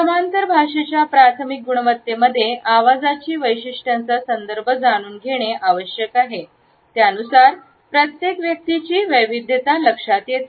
समांतर भाषेच्या प्राथमिक गुणवत्तेमध्ये आवाजाची वैशिष्ट्यांचा संदर्भ जाणून घेणे आवश्यक आहे त्यानुसार प्रत्येक व्यक्तीची वैविध्यता लक्षात येते